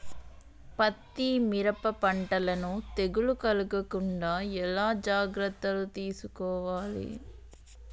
పత్తి మిరప పంటలను తెగులు కలగకుండా ఎలా జాగ్రత్తలు తీసుకోవాలి?